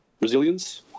resilience